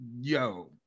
yo